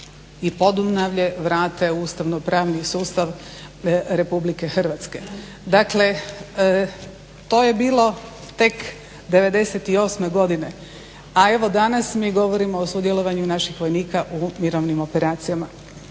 i podunavlje vrate u ustavno pravni sustav RH. Dakle, to je bilo tek '98.godine, a evo danas mi govorimo o sudjelovanju naših vojnika u mirovnim operacijama.